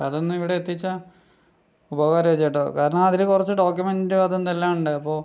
അതൊന്നു ഇവിടെ എത്തിച്ചാൽ ഉപകാരമായി ചേട്ടാ കാരണം അതിൽ കുറച്ചു ഡോക്യുമെൻ്റ് അതും ഇതും എല്ലാം ഉണ്ട് അപ്പോൾ